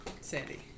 Sandy